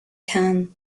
cannes